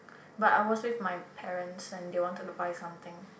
but I was with my parents and they wanted to buy something